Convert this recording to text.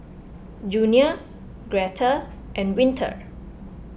Junia Greta and Winter